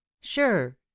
sure